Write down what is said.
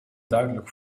duidelijk